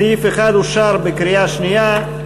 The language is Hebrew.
סעיף 1 אושר בקריאה שנייה.